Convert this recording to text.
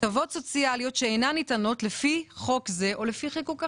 הטבות סוציאליות שאינן ניתנות לפי חוק זה או לפי חיקוק אחר."